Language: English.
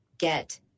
get